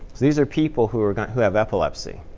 these are people who are going who have epilepsy.